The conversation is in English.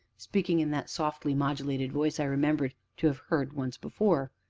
speaking in that softly modulated voice i remembered to have heard once before.